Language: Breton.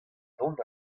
dont